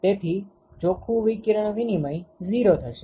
તેથી ચોખ્ખું વિકિરણ વિનિમય 0 થશે